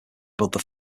build